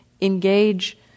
engage